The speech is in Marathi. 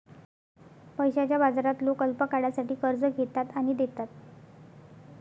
पैशाच्या बाजारात लोक अल्पकाळासाठी कर्ज घेतात आणि देतात